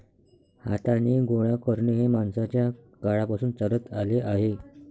हाताने गोळा करणे हे माणसाच्या काळापासून चालत आले आहे